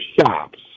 shops